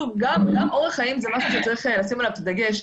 גם אורח חיים זה משהו שצריך לשים עליו את הדגש.